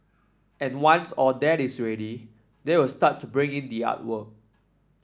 and once all that is ready they will start to bring in the artwork